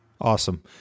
Awesome